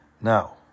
Now